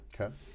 Okay